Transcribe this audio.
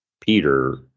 Peter